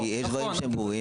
כי יש דברים שהם ברורים.